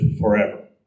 forever